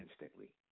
Instantly